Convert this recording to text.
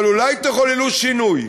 אבל אולי תחוללו שינוי.